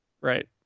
right